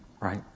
right